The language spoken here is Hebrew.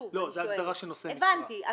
לא, זאת ההגדרה של נושא משרה.